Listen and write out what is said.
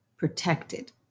Protected